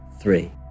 three